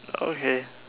okay